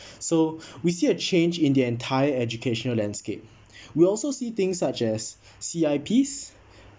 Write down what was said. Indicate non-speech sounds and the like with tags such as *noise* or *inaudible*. *breath* so we see a change in the entire educational landscape we also see things such as C_I_Ps